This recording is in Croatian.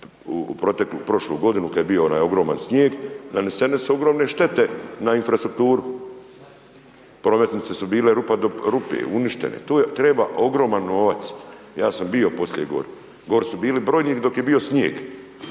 prošlu godinu kad je bio onaj ogroman snijeg nanesene su ogromne štete na infrastrukturu, prometnice su bile rupa na rupi, uništene. Tu treba ogroman novac, ja sam bio poslije gore, gore su bili brojni dok je bio snijeg